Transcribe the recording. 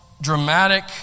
dramatic